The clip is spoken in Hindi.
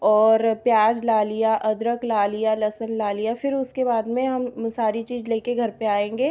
और प्याज़ ला लिया अदरक ला लिया लहसुन ला लिया फिर उसके बाद में हम सारी चीज़ लेकर घर पर आएंगे